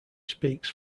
speaks